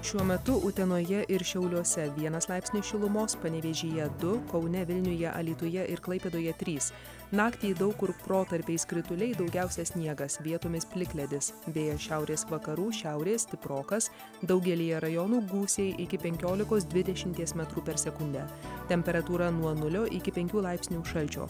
šiuo metu utenoje ir šiauliuose vienas laipsnis šilumos panevėžyje du kaune vilniuje alytuje ir klaipėdoje trys naktį daug kur protarpiais krituliai daugiausia sniegas vietomis plikledis vėjas šiaurės vakarų šiaurės stiprokas daugelyje rajonų gūsiai iki penkiolikos dvidešimties metrų per sekundę temperatūra nuo nulio iki penkių laipsnių šalčio